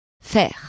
faire